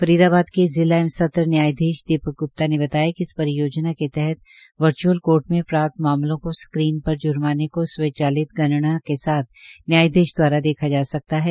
फरीदाबाद के जिला एवं सत्र न्यायाधीश दीपक ग्र्प्ता ने बताया कि इस परियोजना के तहत वर्च्अल कोर्ट में प्राप्त मामलों को स्क्रीन पर ज्र्माने की स्वचालित गणना के साथ न्यायाधीश द्वारा देखा जा सकता है